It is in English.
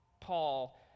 Paul